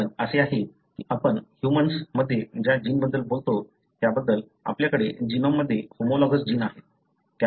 कारण असे आहे की आपण ह्यूमन मध्ये ज्या जिनबद्दल बोलतो त्याबद्दल आपल्याकडे जीनोममध्ये होमोलॉगस जीन आहे